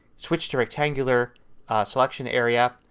switch to rectangular selection area,